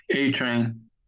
A-Train